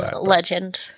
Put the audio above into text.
legend